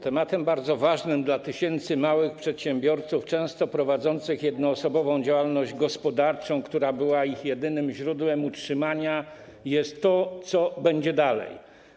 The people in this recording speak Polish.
Tematem bardzo ważnym dla tysięcy małych przedsiębiorców, często prowadzących jednoosobową działalność gospodarczą, która była ich jedynym źródłem utrzymania, jest to, co będzie dalej.